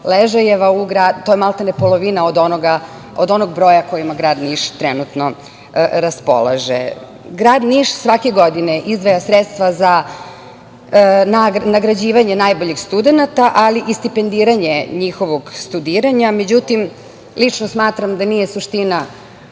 ležaja. To je maltene polovina od onog broja kojim trenutno grad Niš raspolaže. Grad Niš svake godine izdvaja sredstva za nagrađivanje najboljih studenata, ali i stipendiranje njihovog studiranja. Međutim, lično smatram da nije suština